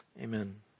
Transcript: Amen